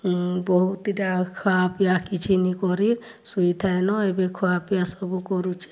ବହୁତ୍ ଇ'ଟା ଖିଆପିଆ କିଛି ନାଇ କରି ଶୁଇଥାଏ ନ ଏବେ ଖୁଆପିଆ ସବୁ କରୁଛେ